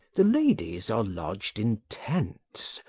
the ladies are lodged in tents,